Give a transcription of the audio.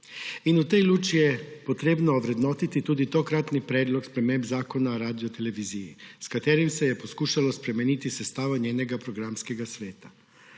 In v tej luči je treba ovrednotiti tudi tokratni predlog sprememb Zakona o Radioteleviziji Slovenija, s katerim se je poskušalo spremeniti sestavo njenega programskega sveta.